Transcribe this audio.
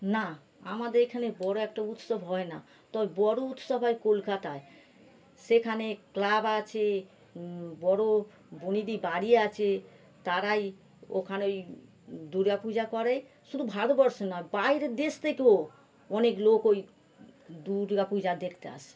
না আমাদের এখানে বড়ো একটা উৎসব হয় না তো ওই বড়ো উৎসব হয় কলকাতায় সেখানে ক্লাব আছে বড়ো বনেদি বাড়ি আছে তারাই ওখানে ওই দুর্গা পূজা করে শুধু ভারতবর্ষে নয় বাইরের দেশ থেকেও অনেক লোক ওই দুর্গা পূজা দেখতে আসে